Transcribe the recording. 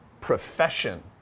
profession